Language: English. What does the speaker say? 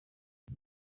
can